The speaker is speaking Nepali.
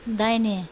दाहिने